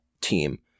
team